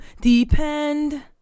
depend